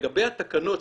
לגבי התקנות,